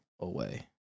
away